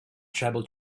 tribal